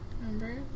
Remember